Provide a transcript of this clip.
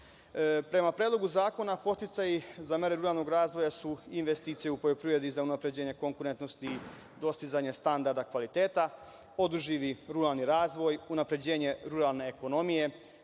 Predlogu zakona, podsticaji za mere ruralnog razvoja su investicije u poljoprivredi za unapređenje konkurentnosti, dostizanja standarda kvaliteta, održivi ruralni razvoj, unapređenje ruralne ekonomije,